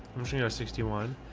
i'm so you know sixty one.